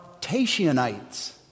Tatianites